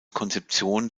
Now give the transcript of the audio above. konzeption